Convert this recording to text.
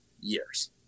years